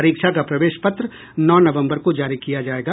परीक्षा का प्रवेश पत्र नौ नवंबर को जारी किया जाएगा